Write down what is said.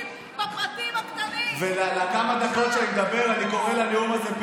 רק עכשיו היא אמרה לו את זה,